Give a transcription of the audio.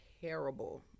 terrible